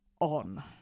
on